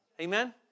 Amen